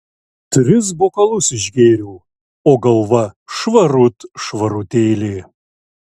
tris bokalus išgėriau o galva švarut švarutėlė